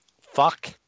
Fuck